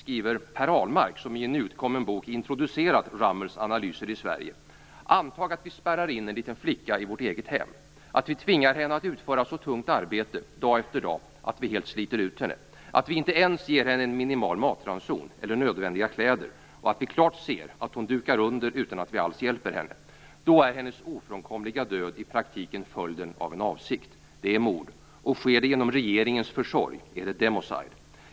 Per Ahlmark, som i en bok introducerat Rummels analyser i Sverige, skriver: Antag att vi spärrar in en liten flicka i vårt eget hem, att vi tvingar henne att utföra så tungt arbete dag efter dag att vi helt sliter ut henne, att vi inte ens ger henne en minimal matranson eller nödvändiga kläder, och att vi klart ser att hon dukar under utan att vi alls hjälper henne. Då är hennes ofrånkomliga död i praktiken följden av en avsikt. Det är mord - och sker det genom regeringens försorg är det democide.